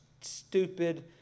stupid